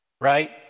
right